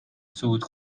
صعود